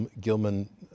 Gilman